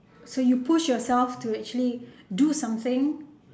so you push yourself to actually do something